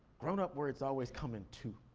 grown-up words always come in two.